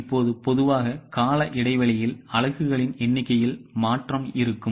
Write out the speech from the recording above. இப்போது பொதுவாக கால இடைவெளியில் அலகுகளின் எண்ணிக்கையில் மாற்றம் இருக்கும்